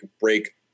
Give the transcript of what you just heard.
break